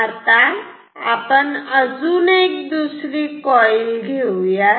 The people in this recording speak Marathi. आता आपण अजून एक दुसरी कॉईल घेऊयात